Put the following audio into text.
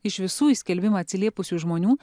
iš visų į skelbimą atsiliepusių žmonių